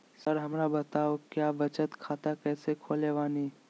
Sir हमरा बताओ क्या बचत खाता कैसे खोले बानी?